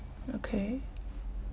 okay